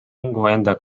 enda